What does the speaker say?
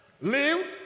live